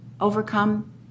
overcome